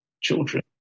children